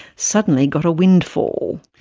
suddenly got a windfall.